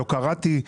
שלא קראתי.